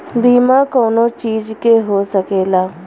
बीमा कउनो चीज के हो सकेला